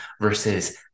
versus